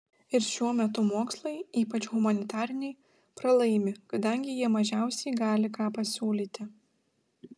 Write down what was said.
ir šiuo metu mokslai ypač humanitariniai pralaimi kadangi jie mažiausiai gali ką pasiūlyti